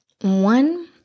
One